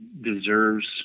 deserves